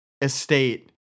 estate